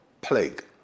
plague